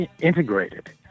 integrated